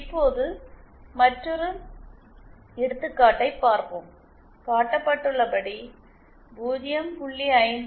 இப்போது மற்றொரு எடுத்துக்காட்டைப் பார்ப்போம் காட்டப்பட்டுள்ளபடி 0